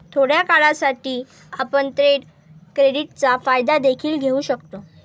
थोड्या काळासाठी, आपण ट्रेड क्रेडिटचा फायदा देखील घेऊ शकता